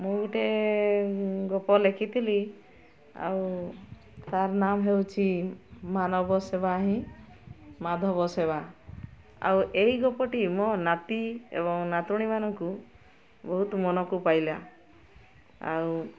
ମୁଁ ଗୋଟେ ଗପ ଲେଖିଥିଲି ଆଉ ତା'ର ନାମ ହେଉଛି ମାନବ ସେବା ହିଁ ମାଧବ ସେବା ଆଉ ଏଇ ଗପଟି ମୋ ନାତି ଏବଂ ନାତୁଣି ମାନଙ୍କୁ ବହୁତ ମନକୁ ପାଇଲା ଆଉ